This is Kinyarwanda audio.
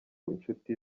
nshuti